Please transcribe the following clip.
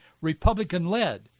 Republican-led